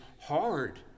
hard